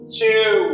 two